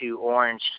orange